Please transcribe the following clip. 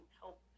help